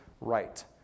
right